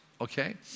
Okay